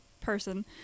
person